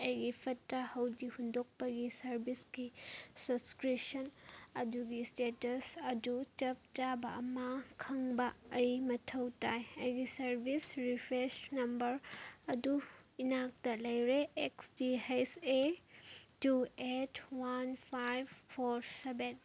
ꯑꯩꯒꯤ ꯐꯠꯇ ꯍꯥꯎꯗꯤ ꯍꯨꯟꯗꯣꯛꯄꯒꯤ ꯁꯥꯔꯕꯤꯁꯀꯤ ꯁꯞꯁꯀ꯭ꯔꯤꯞꯁꯟ ꯑꯗꯨꯒꯤ ꯏꯁꯇꯦꯇꯁ ꯑꯗꯨ ꯆꯞ ꯆꯥꯕ ꯑꯃ ꯈꯪꯕ ꯑꯩ ꯃꯊꯧ ꯇꯥꯏ ꯑꯩꯒꯤ ꯁꯥꯔꯕꯤꯁ ꯔꯤꯐ꯭ꯔꯦꯟꯁ ꯅꯝꯕꯔ ꯑꯗꯨ ꯏꯅꯥꯛꯇ ꯂꯩꯔꯦ X T H A two eight one five four seven